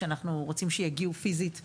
שאנחנו רוצים שיגיעו פיזית ללשכה,